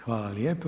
Hvala lijepo.